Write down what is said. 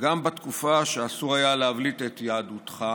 גם בתקופה שאסור היה להבליט את יהדותך,